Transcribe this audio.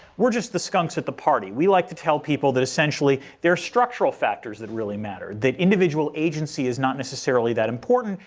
we're just the skunks at the party. we like to tell people that essentially there are structural factors that really matter. that individual agency is not necessarily that important.